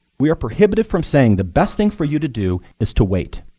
we are prohibited from saying the best thing for you to do is to wait.